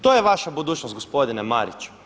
To je vaša budućnost gospodine Mariću.